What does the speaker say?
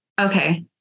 Okay